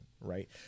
right